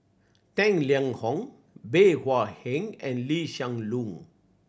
Tang Liang Hong Bey Hua Heng and Lee Hsien Loong